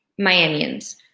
Miamians